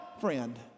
friend